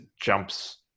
jumps